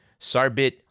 Sarbit